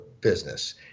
business